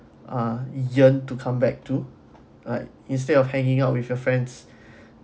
ah yearn to come back to like instead of hanging out with your friends